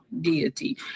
deity